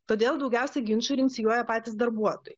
todėl daugiausiai ginčų ir inicijuoja patys darbuotojai